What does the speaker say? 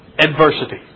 adversity